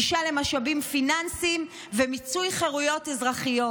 גישה למשאבים פיננסיים ומיצוי חירויות אזרחיות.